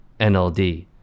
NLD